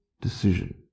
decision